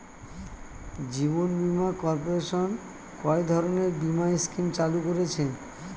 জীবন বীমা কর্পোরেশন কয় ধরনের বীমা স্কিম চালু করেছে?